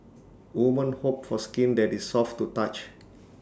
women hope for skin that is soft to touch